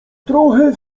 trochę